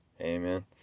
Amen